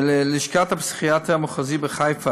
לשכת הפסיכיאטר המחוזי בחיפה,